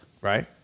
Right